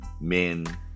men